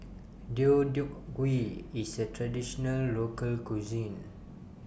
Deodeok Gui IS A Traditional Local Cuisine